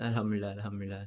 alhamdulillah alhamdulillah